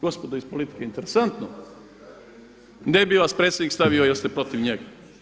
Gospodo iz politike interesantno, ne bi vas predsjednik stavio jer ste protiv njega.